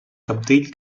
cabdill